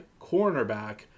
cornerback